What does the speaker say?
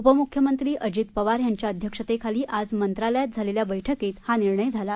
उपमुख्यमंत्री अजित पवार यांच्या अध्यक्षतेखाली आज मंत्रालयात झालेल्या बैठकीत हा निर्णय झाला